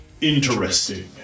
Interesting